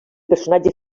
personatge